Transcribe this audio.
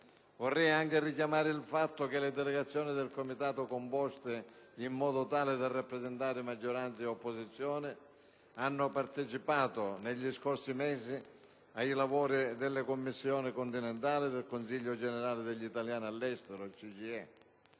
Vorrei anche richiamare il fatto che delegazioni del Comitato, composte in modo tale da rappresentare maggioranza e opposizione, hanno partecipato, negli scorsi mesi, ai lavori delle Commissioni continentali del Consiglio generale degli italiani all'estro (CGIE).